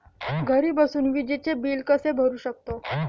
घरी बसून विजेचे बिल कसे भरू शकतो?